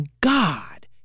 God